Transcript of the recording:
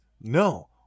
No